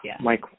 Mike